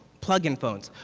plug-in phones.